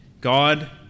God